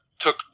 took